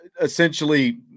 essentially